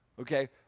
Okay